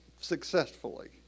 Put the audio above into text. successfully